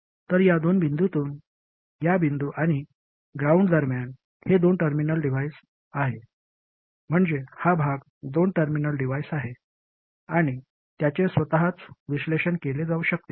तर या दोन बिंदूतून या बिंदू आणि ग्राउंड दरम्यान हे दोन टर्मिनल डिवाइस आहे म्हणजे हा भाग दोन टर्मिनल डिवाइस आहे आणि त्याचे स्वतःच विश्लेषण केले जाऊ शकते